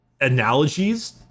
analogies